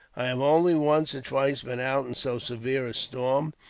i have only once or twice been out in so severe a storm,